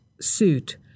suit